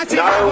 no